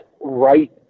right